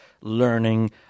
learning